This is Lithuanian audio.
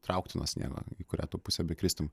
traukti nuo sniego į kurią tu pusę bekristum